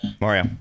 Mario